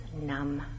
numb